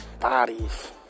bodies